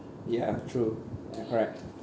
ya true ya correct